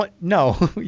No